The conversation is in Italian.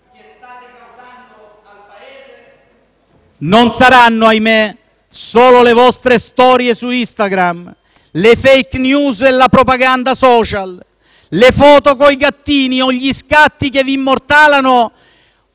non saranno, ahimè, solo le vostre storie su Instagram, le *fake news* e la propaganda *social*, le foto coi gattini, o gli scatti che vi immortalano